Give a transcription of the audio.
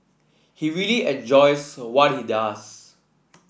he really enjoys what he does